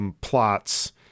plots